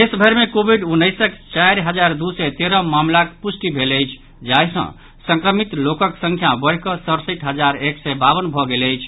देशभरि मे कोविड उन्नैसक चारि हजार दू सय तेरह मामिलाक पुष्टि भेल अछि जाहि सँ संक्रमित लोकक संख्या बढ़ि कऽ सड़सठि हजार एक सय बावन भऽ गेल अछि